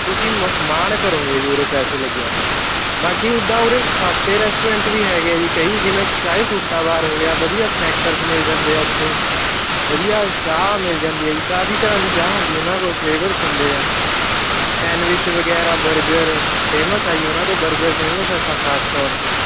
ਤੁਸੀਂ ਮ ਮਾਣ ਕਰੋਗੇ ਉਰੇ ਪੈਸੇ ਲੱਗੇ ਆ ਬਾਕੀ ਉੱਦਾਂ ਉਰੇ ਸਸਤੇ ਰੈਸਟੋਰੈਂਟ ਵੀ ਹੈਗੇ ਆ ਜੀ ਕਈ ਜਿਵੇਂ ਚਾਯ ਸੂਟਾ ਬਾਰ ਹੋ ਗਿਆ ਵਧੀਆ ਸਨੈਕਰਸ ਮਿਲ ਜਾਂਦੇ ਆ ਉੱਥੇ ਵਧੀਆ ਚਾਹ ਮਿਲ ਜਾਂਦੀ ਹੈ ਜੀ ਕਾਫੀ ਤਰ੍ਹਾਂ ਦੀ ਚਾਹ ਹੁੰਦੀ ਉਹਨਾਂ ਕੋਲ ਫਲੇਵਰਸ ਹੁੰਦੇ ਆ ਸੈਂਡਵਿਚ ਵਗੈਰਾ ਬਰਗਰ ਫੇਮਸ ਆ ਜੀ ਉਹਨਾਂ ਦੇ ਬਰਗਰ ਫੇਮਸ ਆ ਤਾਂ ਖਾਸ ਤੌਰ 'ਤੇ